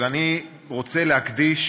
אני רוצה להקדיש